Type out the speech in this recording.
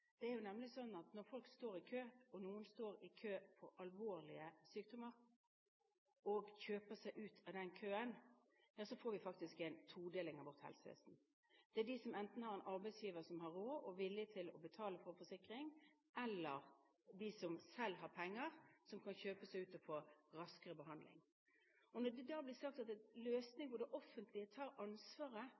Det er jo nemlig slik at når folk står i kø – og noen står i kø for alvorlige sykdommer – og kjøper seg ut av den køen, så får vi faktisk en todeling av vårt helsevesen: de som enten har en arbeidsgiver som har råd, og som er villig til å betale for forsikring, eller de som selv har penger, og som kan kjøpe seg ut og få raskere behandling. Når det da blir sagt at en løsning hvor det offentlige tar ansvaret